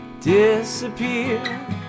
disappear